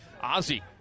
Ozzie